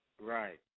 Right